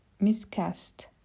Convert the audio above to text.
Miscast